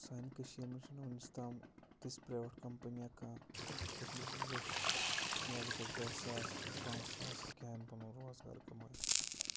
سانہِ کٔشیٖرِ منٛز چھُنہٕ وٕنِس تام تِس پرٛیوٮ۪ٹ کَمپَنِیَہ کانٛہہ یَتھ منٛز لُکھ یا لُکَس دَہ ساس یا پانٛژھ ساس ہیٚکہِ ہٮ۪ن پَنُن روزگار کَمٲیِتھ